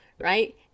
right